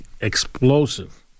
explosive